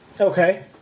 Okay